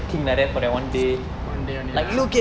one day only lah